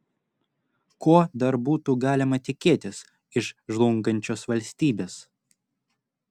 ko dar būtų galima tikėtis iš žlungančios valstybės